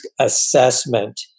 assessment